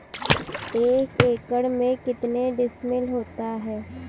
एक एकड़ में कितने डिसमिल होता है?